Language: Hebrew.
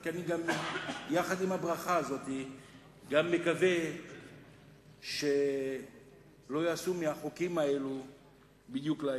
רק יחד עם הברכה הזאת אני גם מקווה שלא יעשו מהחוקים האלה בדיוק להיפך,